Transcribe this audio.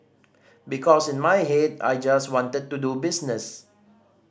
because in my head I just wanted to do business